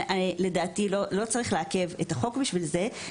ולא צריך לעקב את החוק בשביל זה.